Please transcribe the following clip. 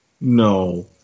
No